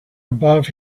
above